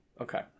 Okay